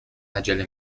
عجله